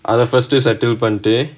அத:adha first settle பண்ணிட்டு:pannittu